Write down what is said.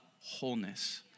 wholeness